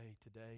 today